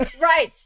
Right